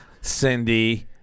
Cindy